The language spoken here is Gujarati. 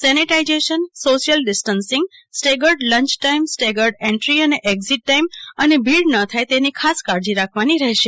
sanitization social distancing staggered lunch time staggered entry અને એકઝીટ ટાઇમ અને ભીડ ન થાય તેની ખાસ કાળજી રાખવાની રહેશે